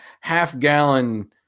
half-gallon